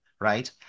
right